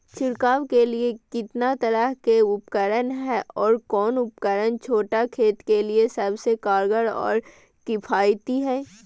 छिड़काव के लिए कितना तरह के उपकरण है और कौन उपकरण छोटा खेत के लिए सबसे कारगर और किफायती है?